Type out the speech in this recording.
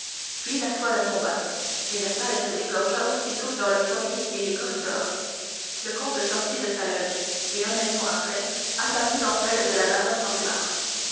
puis la toile tomba et la salle se dégorgea aussitôt dans le foyer et les corridors le comte sortit de sa loge et un instant après apparut dans celle de la baronne danglars